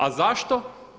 A zašto?